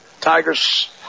Tigers